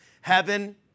heaven